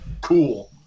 cool